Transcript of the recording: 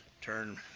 turn